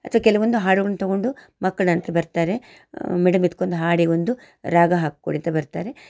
ಅಥವಾ ಕೆಲ್ವೊಂದು ಹಾಡುಗಳ್ನ ತಗೊಂಡು ಮಕ್ಳು ನನ್ನತ್ರ ಬರ್ತಾರೆ ಮೇಡಮ್ ಇದ್ಕೊಂದು ಹಾಡಿಗೊಂದು ರಾಗ ಹಾಕಿಕೊಡಿ ಅಂತ ಬರ್ತಾರೆ